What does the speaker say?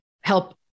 help